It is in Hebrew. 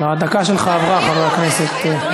הדקה שלך עברה, חבר הכנסת אבו עראר.